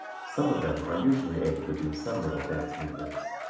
some of them are usually able to do some little dance movements.